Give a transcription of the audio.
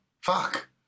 Fuck